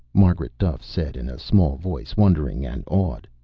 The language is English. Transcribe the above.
margaret duffe said in a small voice, wondering and awed.